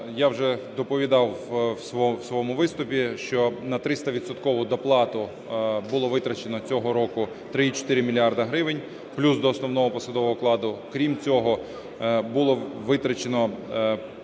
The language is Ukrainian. Я вже доповідав в своєму виступі, що на 300-відсоткову доплату було витрачено цього року 3,4 мільярда гривень плюс до основного посадового окладу. Крім цього, було витрачено